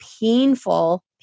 painful